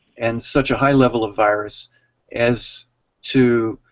and such a high level of virus as to